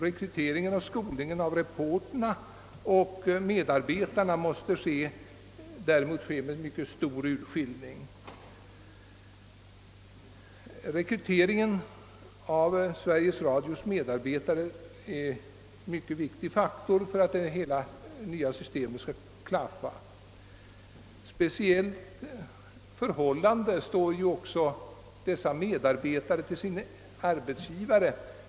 Rekryteringen av reportrar och medarbetare till Sveriges Radio måste göras med mycket stor urskillning. Den är en viktig faktor för att det nya systemet skall klaffa. Dessa medarbetare står också i ett speciellt förhållande till sin arbetsgivare.